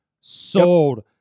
sold